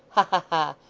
ha ha!